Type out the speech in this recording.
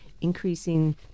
increasing